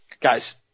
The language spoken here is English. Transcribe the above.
guys